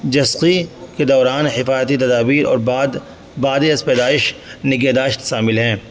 جسخی کے دوران حفاظتی تدابیر اور بعد بعد از پیدائش نگہداشت سامل ہے